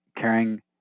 carrying